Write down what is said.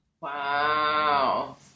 Wow